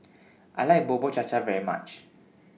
I like Bubur Cha Cha very much